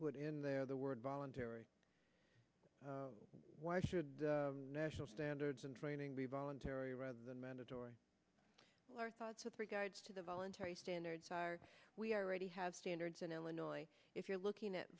put in there the word voluntary why should national standards in training be voluntary rather than mandatory with regards to the voluntary standards are we already have standards in illinois if you're looking at